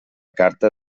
carta